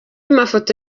mafoto